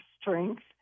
strength